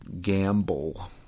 Gamble